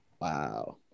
Wow